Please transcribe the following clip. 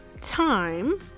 time